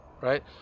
right